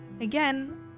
again